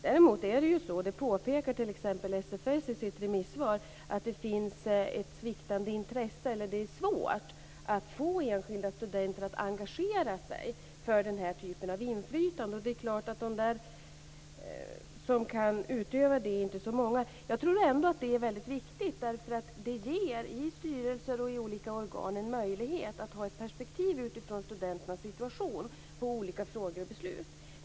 Däremot är det ju så, det påpekar t.ex. SFS i sitt remissvar, att det finns ett sviktande intresse. Det är svårt att få enskilda studenter att engagera sig för den här typen av inflytande. Det är klart att de som kan utöva detta inte är så många, men jag tror ändå att det är väldigt viktigt. Det ger en möjlighet i styrelser och olika organ att ha ett perspektiv utifrån studenternas situation på olika frågor och beslut.